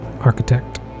Architect